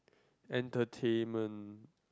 entertainment